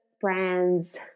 brands